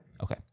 Okay